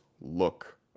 look